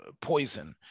poison